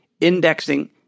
indexing